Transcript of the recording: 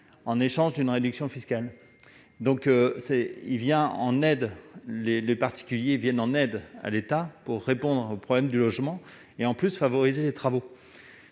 en échange d'une réduction fiscale. Les particuliers viennent donc en aide à l'État pour répondre au problème du logement et favoriser des travaux.